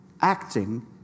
acting